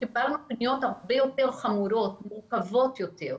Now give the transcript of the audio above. קיבלנו פניות הרבה יותר חמורות, מורכבות יותר,